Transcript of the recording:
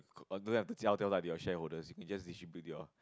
or don't have to tell them lah they are shareholders they just distribute of